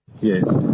Yes